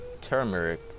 turmeric